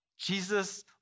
Jesus